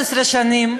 שנים,